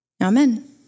amen